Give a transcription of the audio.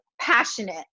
passionate